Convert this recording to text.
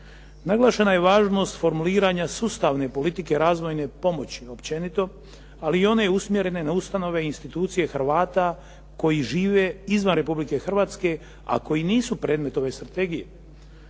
Naglašena je važnost formuliranja sustavne politike razvojne pomoći općenito, ali i one usmjerene na ustanove i institucije Hrvata koji žive izvan Republike Hrvatske, a koji nisu predmet ove strategije.